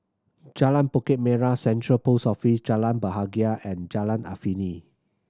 Jalan Bukit Merah Central Post Office Jalan Bahagia and Jalan Afifi